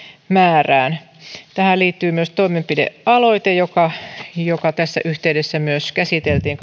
määrään tähän liittyy myös toimenpidealoite kaksikymmentäkahdeksan kautta kaksituhattaseitsemäntoista joka tässä yhteydessä myös käsiteltiin